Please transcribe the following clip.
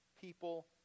people